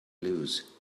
lose